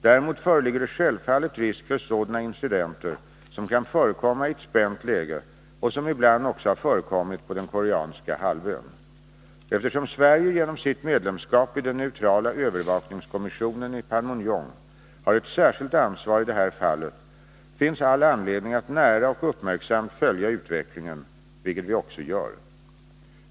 Däremot föreligger det självfallet risk för sådana incidenter som kan förekomma i ett spänt läge och som ibland också har förekommit på den koreanska halvön. Eftersom Sverige, genom sitt medlemskap i den neutrala övervakningskommissionen i Panmunjom, har ett särskilt ansvar i det här fallet, finns all anledning att nära och uppmärksamt följa utvecklingen, vilket vi också gör.